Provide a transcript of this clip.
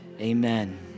amen